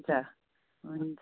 हुन्छ हुन्छ